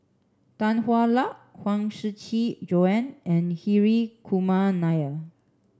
Tan Hwa Luck Huang Shiqi Joan and Hri Kumar Nair